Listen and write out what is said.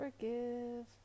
Forgive